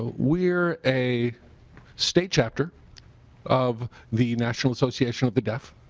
we are a state chapter of the national association of the deaf.